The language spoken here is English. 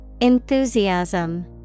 Enthusiasm